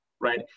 right